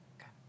okay